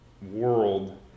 world